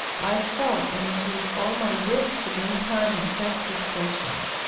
i felt i must use all my wits to gain time and fence with the questions.